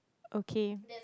okay